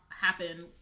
happen